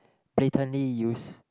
blatantly use